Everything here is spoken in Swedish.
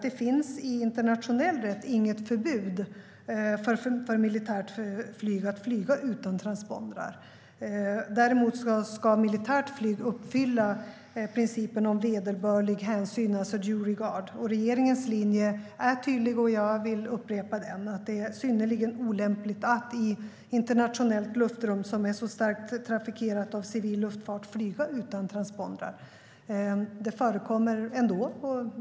Det finns i internationell rätt inget förbud för militärt flyg att flyga utan transpondrar. Däremot ska militärt flyg uppfylla principen om vederbörlig hänsyn, due regard. Regeringens linje är tydlig, och jag vill upprepa den. Det är synnerligen olämpligt att flyga utan transpondrar i internationellt luftrum som är så starkt trafikerat av civil luftfart. Det förekommer ändå.